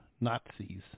Nazis